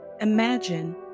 imagine